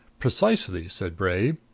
precisely, said bray.